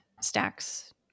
stacks